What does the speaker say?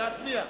להצביע.